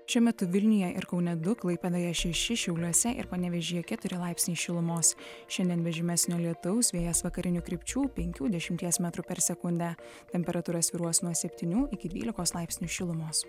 šiuo metu vilniuje ir kaune du klaipėdoje šeši šiauliuose ir panevėžyje keturi laipsniai šilumos šiandien be žymesnio lietaus vėjas vakarinių krypčių penkių dešimties metrų per sekundę temperatūra svyruos nuo septynių iki dvylikos laipsnių šilumos